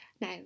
Now